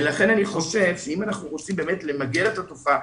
לכן אני ושב שאם אנחנו באמת רוצים למגר את התופעה,